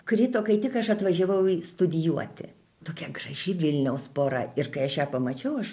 krito kai tik aš atvažiavau studijuoti tokia graži vilniaus pora ir kai aš ją pamačiau aš